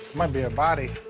might be a body.